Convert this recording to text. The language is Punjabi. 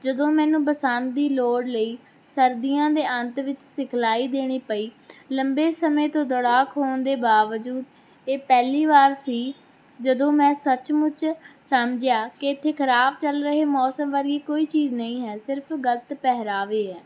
ਜਦੋਂ ਮੈਨੂੰ ਪਸੰਦ ਦੀ ਲੋੜ ਲਈ ਸਰਦੀਆਂ ਦੇ ਅੰਤ ਵਿੱਚ ਸਿਖਲਾਈ ਦੇਣੀ ਪਈ ਲੰਬੇ ਸਮੇਂ ਤੋਂ ਦੌੜਾਕ ਹੋਣ ਦੇ ਬਾਵਜੂਦ ਇਹ ਪਹਿਲੀ ਵਾਰ ਸੀ ਜਦੋਂ ਮੈਂ ਸੱਚ ਮੁੱਚ ਸਮਝਿਆ ਕਿ ਇੱਥੇ ਖਰਾਬ ਚੱਲ ਰਹੇ ਮੌਸਮ ਵਰਗੀ ਕੋਈ ਚੀਜ਼ ਨਹੀਂ ਹੈ ਸਿਰਫ ਗਲਤ ਪਹਿਰਾਵਾ ਹੈ